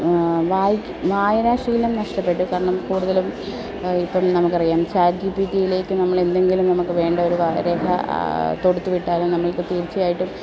വായനാശീലം നഷ്ടപ്പെട്ടു കാരണം കൂടുതലും ഇപ്പം നമുക്കറിയാം ചാറ്റ്ജിപിട്ടി യിലേക്ക് നമ്മളന്തെങ്കിലും നമുക്ക് വേണ്ട ഒരു രേഖ തൊടുത്ത് വിട്ടാലും നമ്മൾക്ക് തീർച്ചയായിട്ടും